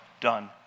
done